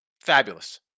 Fabulous